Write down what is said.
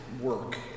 work